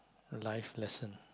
a life lesson